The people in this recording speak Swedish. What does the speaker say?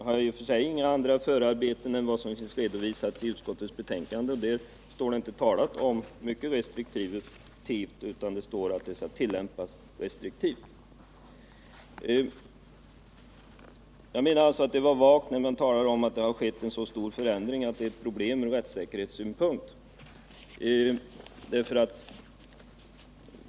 Jag har inga andra förarbeten tillgängliga än de som finns redovisade i utskottets betänkande, och där står det att undantagsbestämmelserna ”tillämpas restriktivt” och inte ”mycket restriktivt”. Jag menar att grunden för en anmärkning är vag, när man talar om att det har skett en så stor förändring att det är problem från rättssäkerhetssynpunkt.